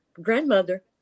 grandmother